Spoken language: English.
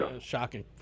shocking